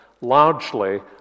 largely